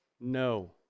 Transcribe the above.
No